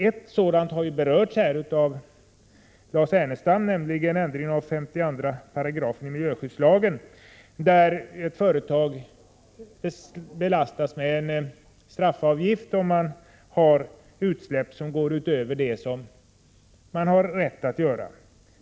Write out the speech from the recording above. Ett sådant förslag har berörts av Lars Ernestam, nämligen ändringen av 52 § i miljöskyddslagen, som säger att företag skall belastas med en straffavgift, om de gör sig skyldiga till utsläpp utöver dem de har rätt att göra.